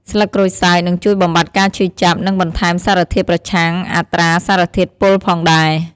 ស្លឹកក្រូចសើចនឹងជួយបំបាត់ការឈឺចាប់ និងបន្ថែមសារធាតុប្រឆាំងអត្រាសារធាតុពុលផងដែរ។